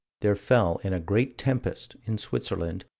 there fell, in a great tempest, in switzerland,